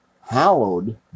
hallowed